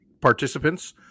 participants